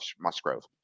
Musgrove